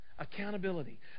Accountability